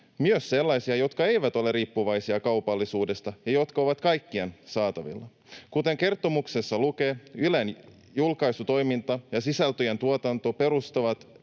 myös sellaisia, jotka eivät ole riippuvaisia kaupallisuudesta ja jotka ovat kaikkien saatavilla. Kuten kertomuksessa lukee: ”Ylen julkaisutoiminta ja sisältöjen tuotanto perustuvat